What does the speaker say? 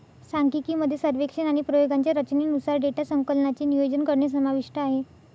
सांख्यिकी मध्ये सर्वेक्षण आणि प्रयोगांच्या रचनेनुसार डेटा संकलनाचे नियोजन करणे समाविष्ट आहे